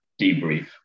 debrief